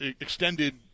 extended